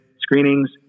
screenings